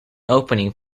opening